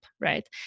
right